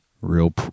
real